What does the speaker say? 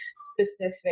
specific